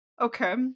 Okay